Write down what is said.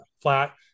flat